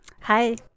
Hi